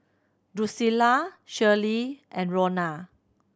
Drusilla Shirley and Rona